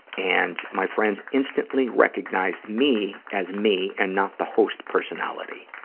and my friends instantly recognized me as me and not the host personality.